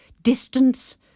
distance